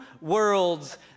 worlds